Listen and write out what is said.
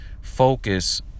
focus